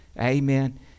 Amen